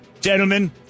Gentlemen